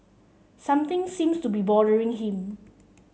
something seems to be bothering him